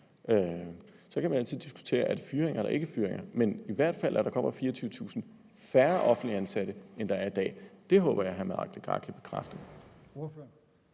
Så kan man altid diskutere, om det er fyringer eller ikke fyringer. Men at der bliver 24.000 færre offentligt ansatte, end der er i dag, håber jeg at hr. Mike Legarth i hvert